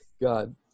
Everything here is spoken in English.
God